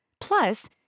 Plus